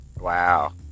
Wow